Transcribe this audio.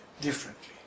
differently